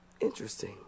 Interesting